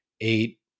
eight